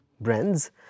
brands